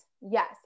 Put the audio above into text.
Yes